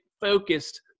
focused